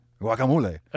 Guacamole